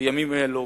בימים אלו